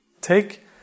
take